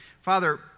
father